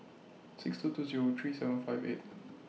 six two two Zero three seven five eight